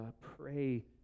pray